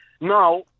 now